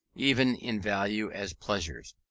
even in value as pleasures,